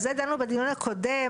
על זה דנו בדיון הקודם,